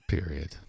Period